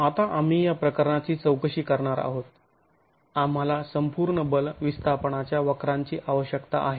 आता आम्ही या प्रकरणाची चौकशी करणार आहोत आम्हाला संपूर्ण बल विस्थापनाच्या वक्रांची आवश्यकता आहे